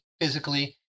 physically